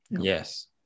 Yes